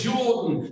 Jordan